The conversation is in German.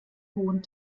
hohen